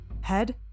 head